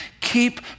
Keep